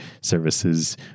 services